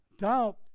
Doubt